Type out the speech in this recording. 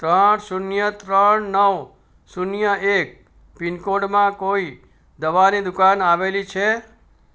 ત્રણ શૂન્ય ત્રણ નવ શૂન્ય એક પિનકોડમાં કોઈ દવાની દુકાન આવેલી છે